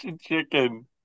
chicken